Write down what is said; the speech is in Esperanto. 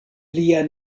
lia